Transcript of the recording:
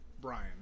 Brian